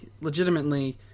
legitimately